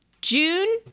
June